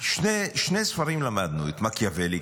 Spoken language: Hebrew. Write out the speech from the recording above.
שני ספרים למדנו: את מקיאוולי,